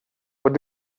what